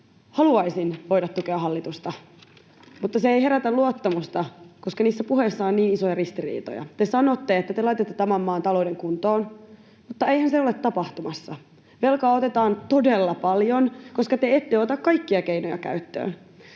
Haluaisin voida tukea hallitusta, mutta se ei herätä luottamusta, koska niissä puheissa on niin isoja ristiriitoja. Te sanotte, että te laitatte tämän maan talouden kuntoon, mutta eihän se ole tapahtumassa. Velkaa otetaan todella paljon, koska te ette ota kaikkia keinoja käyttöön.